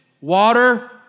water